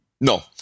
No